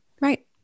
Right